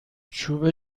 چوب